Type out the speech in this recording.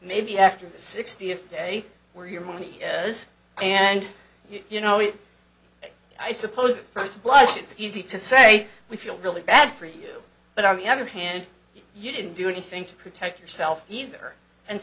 maybe after the sixty fifth day where your money is and you know it i suppose first blush it's easy to say we feel really bad for you but on the other hand you didn't do anything to protect yourself either and